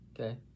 Okay